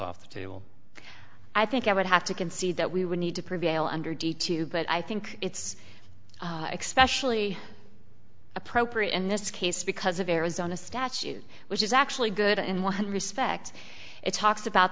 want to i think i would have to concede that we would need to prevail under d to but i think its expression appropriate in this case because of arizona statute which is actually good in one respect it talks about